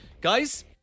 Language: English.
guys